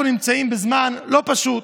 אנחנו נמצאים בזמן לא פשוט,